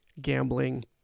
Gambling